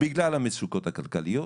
בגלל המצוקות הכלכליות,